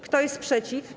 Kto jest przeciw?